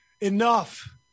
Enough